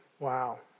Wow